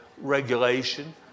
regulation